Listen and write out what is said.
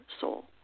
soul